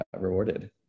rewarded